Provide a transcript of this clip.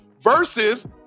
versus